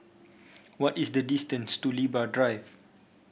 what is the distance to Libra Drive